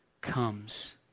comes